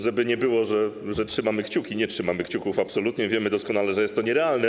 Żeby nie było, że trzymamy kciuki - nie trzymamy kciuków absolutnie, wiemy doskonale, że jest to nierealne.